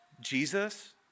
Jesus